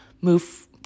move